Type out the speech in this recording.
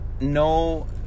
no